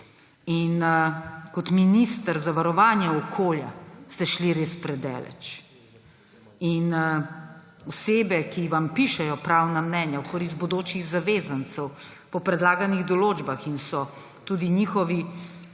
Kot minister za varovanje okolja ste šli res predaleč. In osebe, ki vam pišejo pravna mnenja v korist bodočih zavezancev po predlaganih določbah in so tudi njihovi